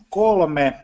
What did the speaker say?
kolme